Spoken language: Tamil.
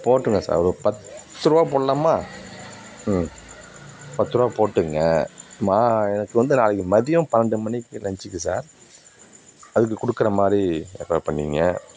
போட்டுருங்க சார் ஒரு பத்து ருபா போடலாமா ம் பத்து ருபா போட்டுக்கங்க நான் எனக்கு வந்து நாளைக்கி மதியம் பன்னெண்டு மணிக்கு லஞ்சுக்கு சார் அதுக்கு கொடுக்குற மாதிரி ப்ரிப்பேர் பண்ணீக்கங்க